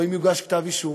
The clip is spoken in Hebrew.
או אם יוגש כתב אישום,